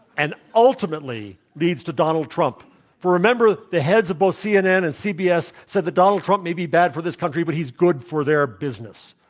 and ultimately leads to donald trump for remember, the heads of both cnn and cbs said that donald trump may be bad for this country, but he's good for their business.